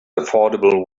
affordable